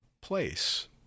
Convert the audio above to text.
place